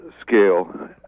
scale